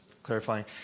clarifying